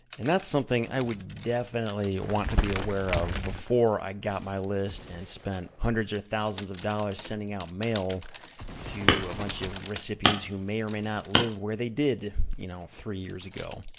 and that's something i would definitely want to be aware of before i got my list and spent hundreds or thousands of dollars sending out mail to a bunch of recipients who many or may not live where they did you know three years ago.